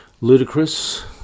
Ludicrous